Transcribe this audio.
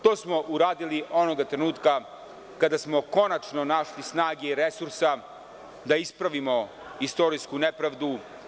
To smo uradili onoga trenutka kada smo konačno našli snage i resursa da ispravimo istorijsku nepravdu.